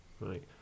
Right